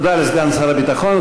תודה לסגן שר הביטחון.